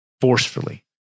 forcefully